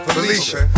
Felicia